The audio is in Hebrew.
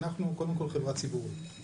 אנחנו קודם כל חברה ציבורית.